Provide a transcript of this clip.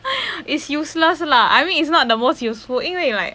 it's useless lah I mean it's not the most useful 因为 like